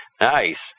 Nice